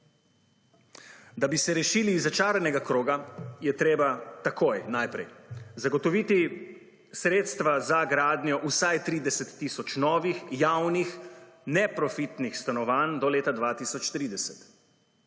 Da bi se rešili iz začaranega kroga, je treba takoj naprej zagotoviti sredstva za gradnjo vsaj 30 tisoč novih javnih neprofitnih stanovanj do leta 2030.